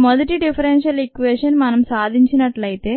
ఈ మొదటి differential equation మనం సాధించినట్లయితే